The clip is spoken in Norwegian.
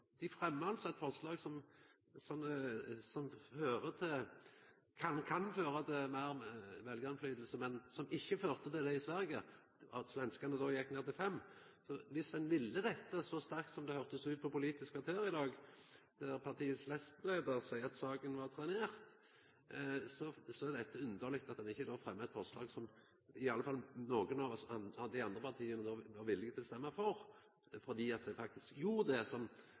Dei fremmar eit forslag som kan føra til meir veljarinnflytelse, men som ikkje førte til det i Sverige. Svenskane gjekk ned til 5 pst. Viss ein ville dette så sterkt som det høyrdest ut som på Politisk kvarter i dag, der nestleiaren i partiet sa at saka var trenert, er det underleg at ein ikkje fremmar eit forslag som i alle fall nokre av dei andre partia var villige til å stemma for. Då hadde ein faktisk gjort det som